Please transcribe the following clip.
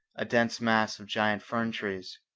a dense mass of giant fern trees.